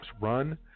run